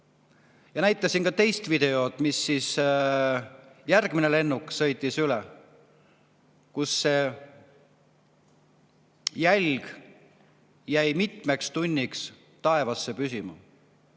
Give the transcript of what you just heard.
Ja näitasin ka teist videot, kus järgmine lennuk sõitis üle ja selle jälg jäi mitmeks tunniks taevasse püsima.